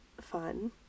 fun